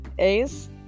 Ace